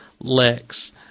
Lex